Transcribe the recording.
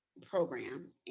program